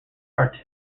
are